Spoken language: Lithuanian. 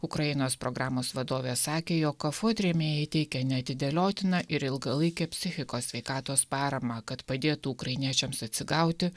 ukrainos programos vadovė sakė jog kafot rėmėjai teikia neatidėliotiną ir ilgalaikę psichikos sveikatos paramą kad padėtų ukrainiečiams atsigauti